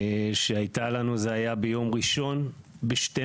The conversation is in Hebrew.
שהייתה לנו זה היה ביום ראשון ב-12:00